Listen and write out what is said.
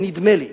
ונדמה לי